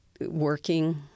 working